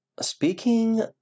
speaking